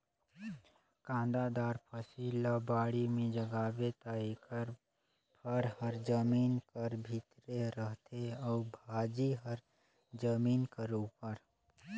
कांदादार फसिल ल बाड़ी में जगाबे ता एकर फर हर जमीन कर भीतरे रहथे अउ भाजी हर जमीन कर उपर